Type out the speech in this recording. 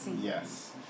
Yes